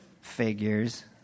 Figures